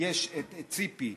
יש את ציפי,